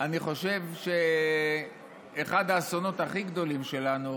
אני חושב שאחד האסונות הכי גדולים שלנו